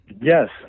Yes